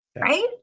right